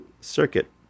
Circuit